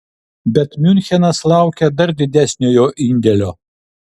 bet miunchenas laukia dar didesnio jo indėlio